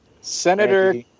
Senator